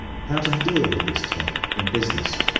how to deal with this type in business